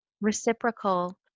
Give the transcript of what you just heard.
reciprocal